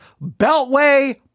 Beltway